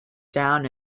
down